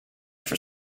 for